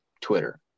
Twitter